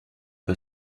peu